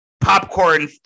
popcorn